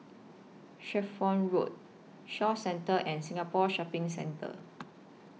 Shelford Road Shaw Centre and Singapore Shopping Centre